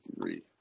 three